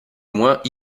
moins